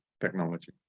technology